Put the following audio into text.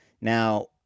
Now